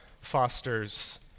fosters